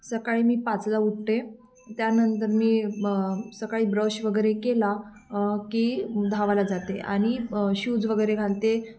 सकाळी मी पाचला उठते त्यानंतर मी सकाळी ब्रश वगैरे केला की धावायला जाते आणि शूज वगैरे घालते